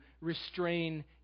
restrain